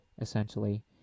essentially